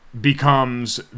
becomes